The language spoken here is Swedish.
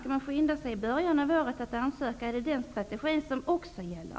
Skall den som vill ha pengar skynda sig att ansöka i början av året? Är det också en strategi som gäller?